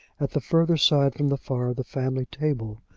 at the further side from the fire of the family table,